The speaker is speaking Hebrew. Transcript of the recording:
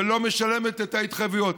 ולא משלמת את ההתחייבויות?